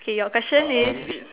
eh your question is